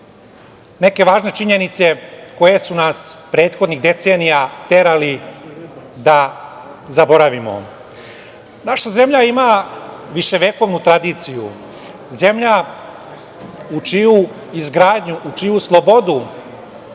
neke važne činjenica koje su nas prethodnih decenija terali da zaboravimo. Naša zemlja ima viševekovnu tradiciju, zemlja u čiju izgradnju, u čiju slobodu